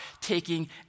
taking